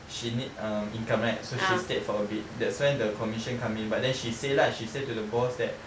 she need um income right so she stayed for a bit that's why the commission come in but then she say lah she say to the boss that